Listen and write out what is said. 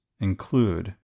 include